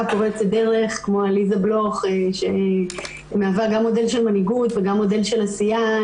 פורצת דרך כמו עליזה בלוך שמהווה גם מודל של מנהיגות וגם מודל של עשייה,